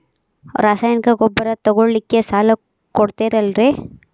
ರಾಸಾಯನಿಕ ಗೊಬ್ಬರ ತಗೊಳ್ಳಿಕ್ಕೆ ಸಾಲ ಕೊಡ್ತೇರಲ್ರೇ?